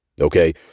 Okay